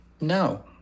no